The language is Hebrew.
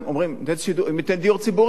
אומרים: אם ייתן דיור ציבורי,